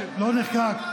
לא נחקק,